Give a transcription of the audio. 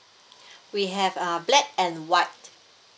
we have uh black and white